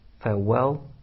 Farewell